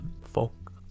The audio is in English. folk